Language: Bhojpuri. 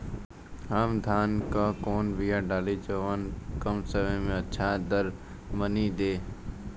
हम धान क कवन बिया डाली जवन कम समय में अच्छा दरमनी दे?